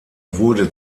wurde